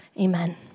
Amen